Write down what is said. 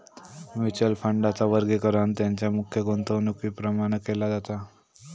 mutual फंडांचा वर्गीकरण तेंच्या मुख्य गुंतवणुकीप्रमाण केला जाता